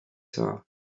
saw